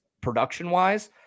production-wise